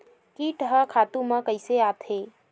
कीट ह खातु म कइसे आथे?